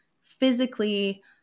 physically